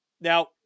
Now